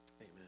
Amen